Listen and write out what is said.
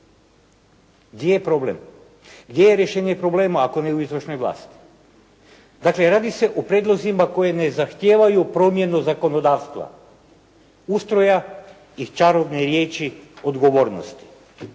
Gdje je problem? Gdje je rješenje problema ako ne u izvršnoj vlasti? Dakle radi se o prijedlozima koji ne zahtijevaju promjenu zakonodavstva, ustroja i čarobne riječi odgovornosti.